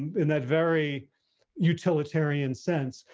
in that very utilitarian sense,